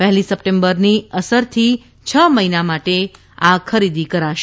પહેલી સપ્ટેમ્બરની અસરથી છ મહિના માટે આ ખરીદી કરાશે